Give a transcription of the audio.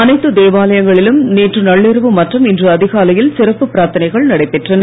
அனைத்து தேவாலயங்களிலும் நேற்று நள்ளிரவு மற்றும் இன்று அதிகாலையில் சிறப்பு பிரார்த்தனைகள் நடைபெற்றன